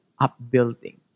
upbuilding